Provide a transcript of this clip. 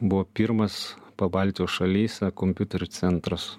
buvo pirmas pabaltijo šalyse kompiuterių centras